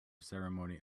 ceremony